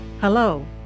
Hello